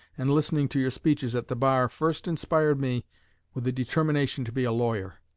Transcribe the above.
and listening to your speeches at the bar first inspired me with the determination to be a lawyer